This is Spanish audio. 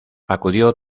acudió